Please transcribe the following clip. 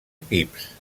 equips